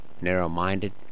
narrow-minded